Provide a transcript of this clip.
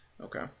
okay